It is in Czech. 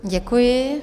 Děkuji.